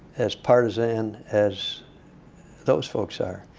as partisan as those folks are.